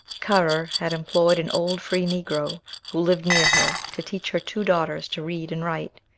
currer had employed an old free negro, who lived near her, to teach her two daughters to read and write.